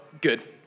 good